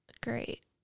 great